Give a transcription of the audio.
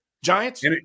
Giants